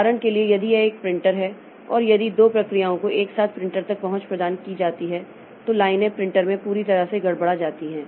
उदाहरण के लिए यदि यह एक प्रिंटर है और यदि दो प्रक्रियाओं को एक साथ प्रिंटर तक पहुंच प्रदान की जाती है तो लाइनें प्रिंटर में पूरी तरह से गड़बड़ा जाती हैं